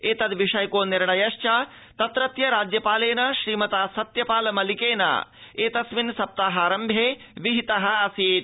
एतद्रिषयको निर्णयश्च तत्रत्य राज्यपालेन श्रीमता सत्यपालमिलकेन अस्मिन् सप्ताहारम्भे विहित आसीत्